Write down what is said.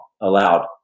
allowed